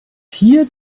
hier